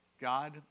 God